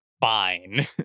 fine